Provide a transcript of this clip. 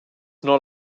not